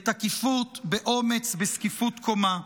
בתקיפות, באומץ, בזקיפות קומה.